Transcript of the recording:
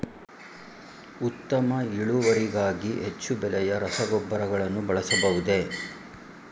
ಉತ್ತಮ ಇಳುವರಿಗಾಗಿ ಹೆಚ್ಚು ಬೆಲೆಯ ರಸಗೊಬ್ಬರಗಳನ್ನು ಬಳಸಬಹುದೇ?